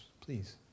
please